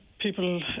people